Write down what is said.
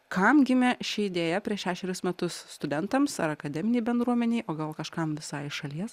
kam gimė ši idėja prieš šešerius metus studentams ar akademinei bendruomenei o gal kažkam visai iš šalies